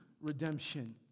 redemption